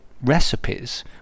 recipes